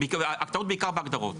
הטעות בעיקר בהגדרות.